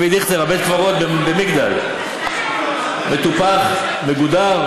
אבי דיכטר, בית-הקברות במגדל מטופח, מגודר,